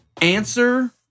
answer